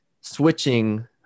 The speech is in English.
switching